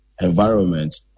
environment